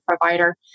provider